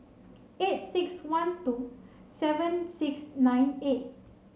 eight six one two seven six nine eight